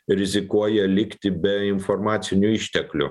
rizikuoja likti be informacinių išteklių